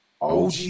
OG